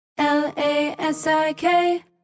L-A-S-I-K